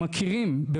אתם צריכים לדאוג אחד